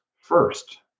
first